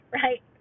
right